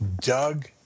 Doug